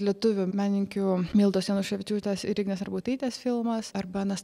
lietuvių menininkių mildos januševičiūtės ir ignės arbutaitės filmas ar benas